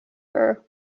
her